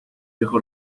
viejo